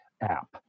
app